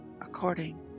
according